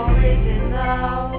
Original